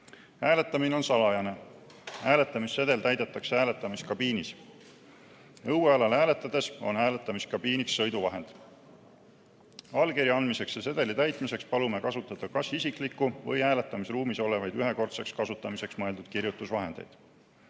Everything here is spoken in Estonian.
Hääletamine on salajane. Hääletamissedel täidetakse hääletamiskabiinis. Õuealal hääletades on hääletamiskabiiniks sõiduvahend. Allkirja andmiseks ja sedeli täitmiseks palume kasutada kas isiklikku või hääletamisruumis olevaid ühekordseks kasutamiseks mõeldud kirjutusvahendeid.